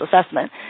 assessment